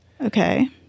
Okay